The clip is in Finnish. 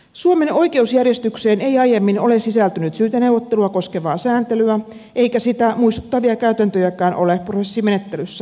suomen oikeusjärjestykseen ei aiemmin ole sisältynyt syyteneuvottelua koskevaa sääntelyä eikä sitä muistuttavia käytäntöjäkään ole prosessimenettelyssä muodostunut